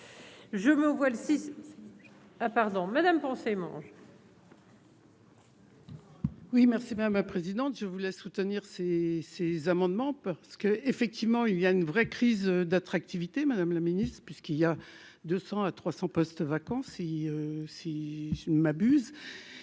Je me vois le six ah pardon Mesdames, pensez manche. Oui merci madame la présidente, je voulais soutenir ces ces amendements parce que, effectivement, il y a une vraie crise d'attractivité, Madame la Ministre, puisqu'il y a 200 à 300 postes vacants si si je ne m'abuse,